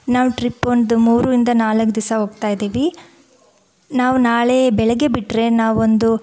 ನಾವು ಟ್ರಿಪ್ ಒಂದು ಮೂರು ಇಂದ ನಾಲ್ಕು ದಿಸ ಹೋಗ್ತಾಯಿದೀವಿ ನಾವು ನಾಳೆ ಬೆಳಗ್ಗೆ ಬಿಟ್ಟರೆ ನಾವೊಂದು